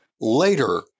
later